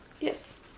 Yes